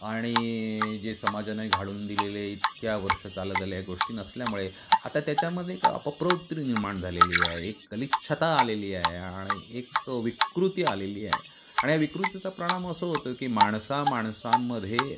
आणि जे समाजाने घालून दिलेले इतक्या वर्ष चालत आल्या गोष्टी नसल्यामुळे आता त्याच्यामध्ये एक अपप्रवृत्ती निर्माण झालेली आहे एक गलिच्छता आलेली आहे आणि एक विकृती आलेली आहे आणि या विकृतीचा प्रणाम असा होतो की माणसा माणसामध्ये